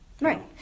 Right